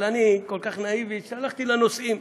אבל אני כל כך נאיבי, שהלכתי לנושאים.